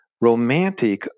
Romantic